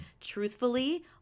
truthfully